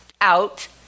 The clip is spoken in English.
out